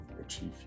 achieve